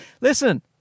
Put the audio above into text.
listen